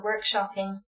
workshopping